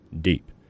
deep